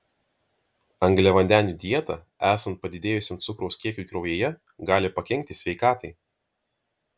angliavandenių dieta esant padidėjusiam cukraus kiekiui kraujyje gali pakenkti sveikatai